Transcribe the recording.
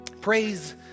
praise